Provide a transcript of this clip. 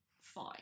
fine